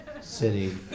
city